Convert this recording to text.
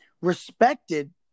respected